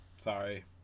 Sorry